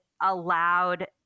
allowed